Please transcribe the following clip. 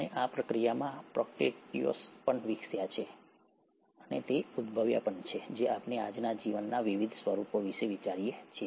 અને આ પ્રક્રિયામાં પ્રોકેરિયોટ્સ પણ વિકસ્યા છે અને ઉદભવ્યા છે જે આપણે આજના જીવનના વિવિધ સ્વરૂપો વિશે વિચારીએ છીએ